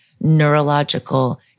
neurological